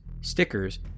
stickers